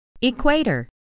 Equator